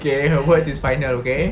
okay her words is final okay